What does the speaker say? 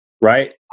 Right